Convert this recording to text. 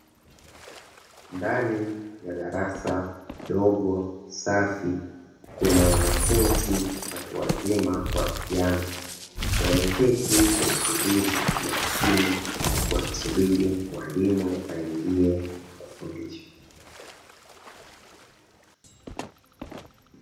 Ndani ya darasa dogo, safi kuna wanafunzi watu wazima kwa vijana, wameketi kwa utulivu na ukimya wakisubiri mwalimu aingie na kufundisha.